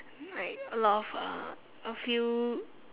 like a lot of uh a few